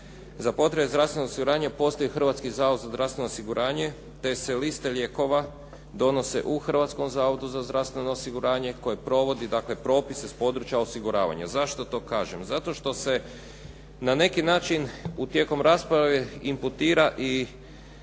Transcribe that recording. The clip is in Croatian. za potrebe zdravstvenog osiguranja postoji Hrvatski zavod za zdravstveno osiguranje te se liste lijekova donose u Hrvatskom zavodu za zdravstveno osiguranje koje provodi dakle propise s područja osiguravanja. Zašto to kažem? Zato što se na neki način tijekom rasprave imputira i